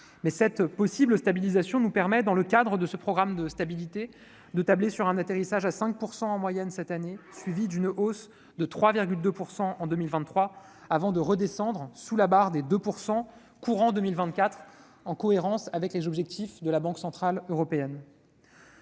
que cette probable stabilisation nous permet, dans le cadre de ce programme de stabilité, de tabler sur un atterrissage à 5 % en moyenne cette année, suivi d'une hausse de 3,2 % en 2023, avant de redescendre sous la barre des 2 % au courant de l'année 2024, en cohérence avec l'objectif de la Banque centrale européenne.